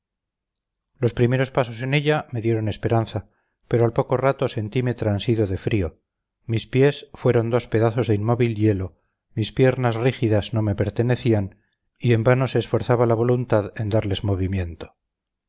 los primeros pasos en ella me dieron esperanza pero al poco rato sentime transido de frío mis pies fueron dos pedazos de inmóvil hielo mis piernas rígidas no me pertenecían y en vano se esforzaba la voluntad en darles movimiento